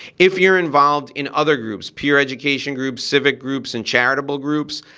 if you're involved in other groups, peer education groups, civic groups and charitable groups,